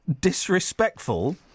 disrespectful